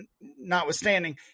notwithstanding